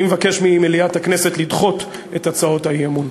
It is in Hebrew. אני מבקש ממליאת הכנסת לדחות את הצעות האי-אמון.